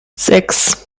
sechs